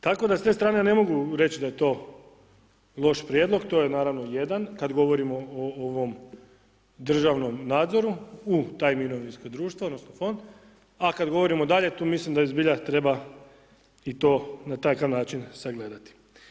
Tako da s te strane ne mogu reći da je to loš prijedlog, to je naravno jedan kada govorimo o ovom državnom nadzoru u taj mirovinsko društvo, odnosno, fond, a kada govorimo dalje, tu mislim da i zbilja treba i to na takav način sagledati.